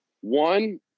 one